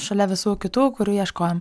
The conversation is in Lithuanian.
šalia visų kitų kurių ieškojom